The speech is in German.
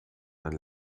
dann